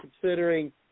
considering